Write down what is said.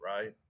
right